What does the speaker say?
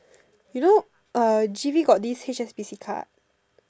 you know uh G_V got this H_S_B_C card